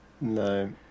No